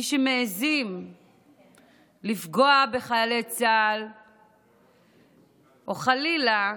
מי שמעיזים לפגוע בחיילי צה"ל או חלילה